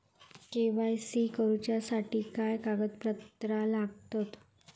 KYC करूच्यासाठी काय कागदपत्रा लागतत?